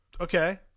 Okay